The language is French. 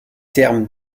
termes